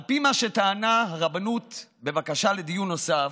על פי מה שטענה הרבנות בבקשה לדיון נוסף,